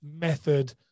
method